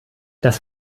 das